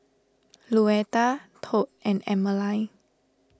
Luetta Tod and Emmaline